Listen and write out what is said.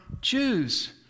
Jews